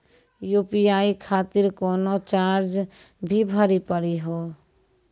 UPI खातिर कोनो charge भी भरी पड़ी हो?